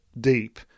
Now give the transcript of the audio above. deep